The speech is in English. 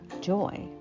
joy